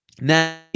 Now